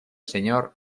señor